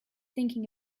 thinking